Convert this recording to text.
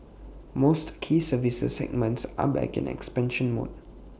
most key services segments are back in expansion mode